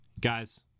Guys